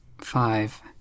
five